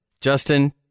Justin